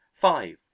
five